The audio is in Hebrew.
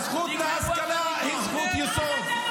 הזכות להשכלה היא זכות יסוד.